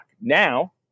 Now